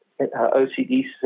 OCD